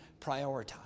prioritize